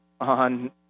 on